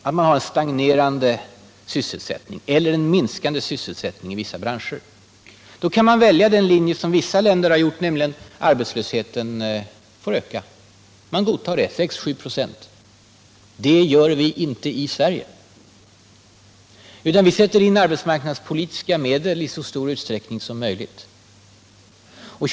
Om man har en stagnerande eller minskande sysselsättning i vissa branscher, kan man välja den linje som vissa länder följer, nämligen att låta arbetslösheten öka och godta en arbetslöshet på kanske 6-7 96. Det gör vi inte i Sverige, utan vi sätter i stället i så stor utsträckning som möjligt in arbetsmarknadspolitiska medel.